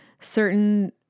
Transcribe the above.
certain